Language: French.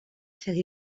faire